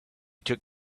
took